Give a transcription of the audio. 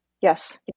Yes